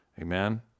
Amen